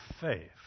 faith